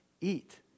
eat